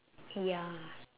ya